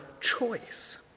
choice